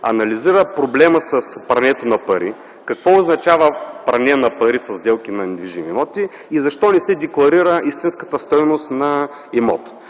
анализира проблема с прането на пари. Какво означава пране на пари със сделки на недвижими имоти и защо не се декларира истинската стойност на имота?